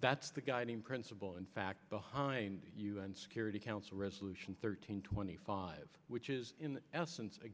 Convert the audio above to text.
that's the guiding principle in fact behind un security council resolution thirteen twenty five which is in essence a